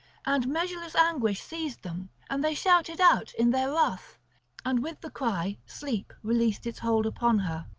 and measureless anguish seized them and they shouted out in their wrath and with the cry sleep released its hold upon her.